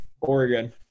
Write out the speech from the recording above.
Oregon